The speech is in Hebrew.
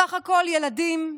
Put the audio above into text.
בסך הכול, ילדים,